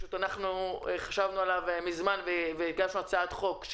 פשוט אנחנו חשבנו עליו מזמן והגשנו הצעת חוק,